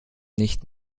nicht